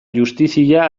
justizia